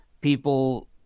people